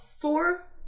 four